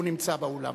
הוא נמצא באולם,